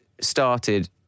started